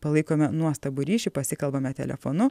palaikome nuostabų ryšį pasikalbame telefonu